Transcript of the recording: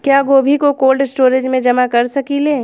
क्या गोभी को कोल्ड स्टोरेज में जमा कर सकिले?